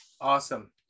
Awesome